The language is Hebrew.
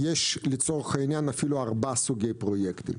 יש לצורך העניין אפילו ארבעה סוגי פרויקטים.